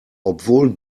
obwohl